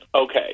Okay